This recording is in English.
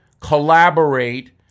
collaborate